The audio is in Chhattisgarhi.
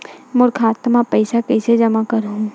मोर खाता म पईसा कइसे जमा करहु?